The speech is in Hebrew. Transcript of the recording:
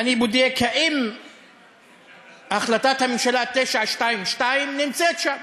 אני בודק אם החלטת הממשלה 922 נמצאת שם.